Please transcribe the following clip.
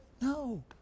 No